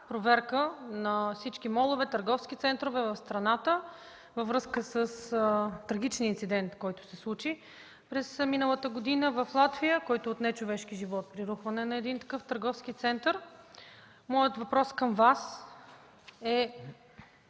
проверка на всички молове, търговски центрове, в страната във връзка с трагичния инцидент, който се случи през миналата година в Латвия, отнел човешки живот при рухване на такъв търговски център. При условие